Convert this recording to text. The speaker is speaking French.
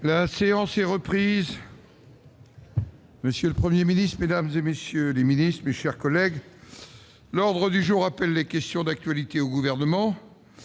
La séance est reprise. Monsieur le Premier ministre, mesdames, messieurs les ministres, mes chers collègues, l'ordre du jour appelle les questions d'actualité au Gouvernement.